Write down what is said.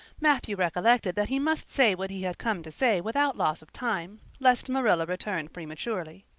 matthew recollected that he must say what he had come to say without loss of time, lest marilla return prematurely.